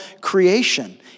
creation